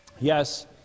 Yes